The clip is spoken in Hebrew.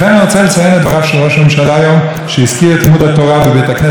שהזכיר את לימוד התורה בבית הכנסת בווילנה שהחזיק את עם ישראל,